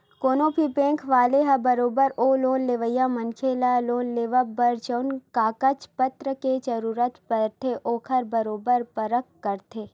कोनो भी बेंक वाले ह बरोबर ओ लोन लेवइया मनखे ल लोन लेवब बर जउन कागज पतर के जरुरत पड़थे ओखर बरोबर परख करथे